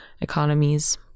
economies